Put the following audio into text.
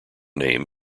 name